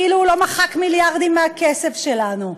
כאילו הוא לא מחק מיליארדים מהכסף שלנו.